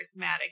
charismatic